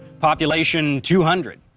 population two hundred.